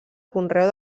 conreu